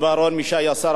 טוב יותר מכל אחד מאתנו.